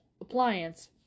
appliance